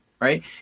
right